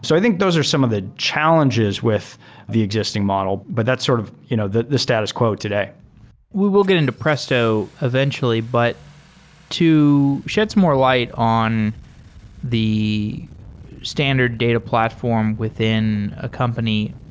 so i think those are some of the challenges with the existing model, but that's sort of you know the the status quo today we'll get into presto eventually, but to sheds more light on the standard data platform within a company,